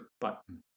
button